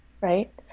right